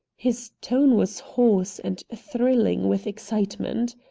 his tone was hoarse and thrilling with excitement.